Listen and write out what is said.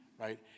right